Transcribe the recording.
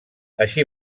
així